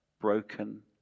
broken